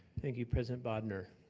thank you, president bodnar.